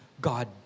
God